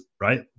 right